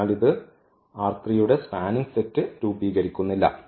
അതിനാൽ ഇത് യുടെ സ്പാനിങ് സെറ്റ് രൂപീകരിക്കുന്നില്ല